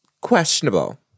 questionable